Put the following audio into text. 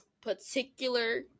particular